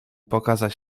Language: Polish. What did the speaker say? pokazać